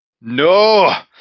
No